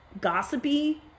gossipy